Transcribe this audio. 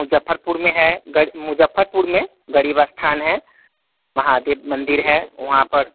मुजफ्फरपुर में है मुजफ्फरपुर में गड़ीवा स्थान है महादेव मंदिर है वहाँ पर